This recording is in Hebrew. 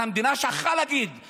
והשפה הערבית תישאר רשמית,